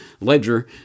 ledger